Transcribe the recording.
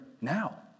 now